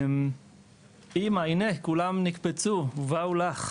אמא, הנה כולם נקבצו ובאו לך,